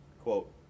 Quote